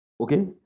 okay